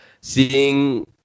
seeing